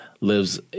lives